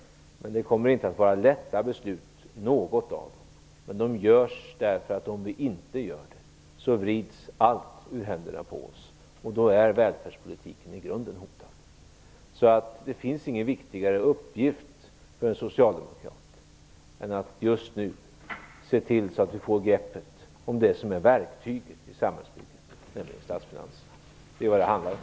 Det kommer inte att vara lätt att fatta något av besluten, men det måste göras. Om vi inte gör det vrids allt ur händerna på oss, och då är välfärdspolitiken i grunden hotad. Det finns alltså ingen viktigare uppgift för en socialdemokrat än att just nu se till att vi får greppet om det som är verktyget i samhällsbygget och i statsfinanserna. Det är vad det handlar om.